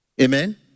Amen